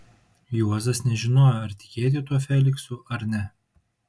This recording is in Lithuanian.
juozas nežinojo ar tikėti tuo feliksu ar ne